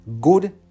good